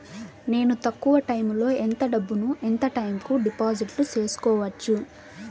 నేను తక్కువ టైములో ఎంత డబ్బును ఎంత టైము కు డిపాజిట్లు సేసుకోవచ్చు?